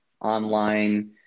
online